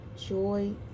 joy